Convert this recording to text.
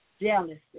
jealousy